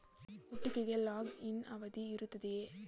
ಹೂಡಿಕೆಗೆ lock in ಅವಧಿ ಇರುತ್ತದೆಯೇ?